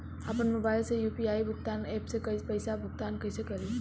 आपन मोबाइल से यू.पी.आई भुगतान ऐपसे पईसा भुगतान कइसे करि?